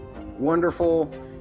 wonderful